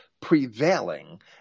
prevailing